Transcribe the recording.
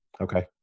Okay